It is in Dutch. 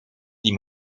die